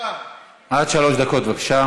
עד שלוש דקות, בבקשה.